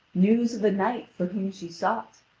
news of a knight for whom she sought.